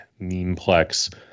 memeplex